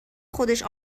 خودش